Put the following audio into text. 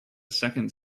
second